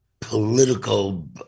political